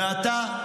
ואתה,